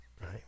Right